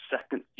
second